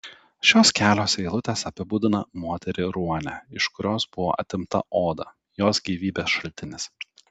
šios kelios eilutės apibūdina moterį ruonę iš kurios buvo atimta oda jos gyvybės šaltinis